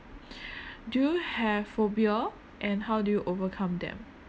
do you have phobia and how do you overcome them